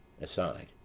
Aside